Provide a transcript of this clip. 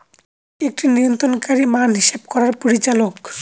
একটি নিয়ন্ত্রণকারী মান হিসাব করার পরিচালক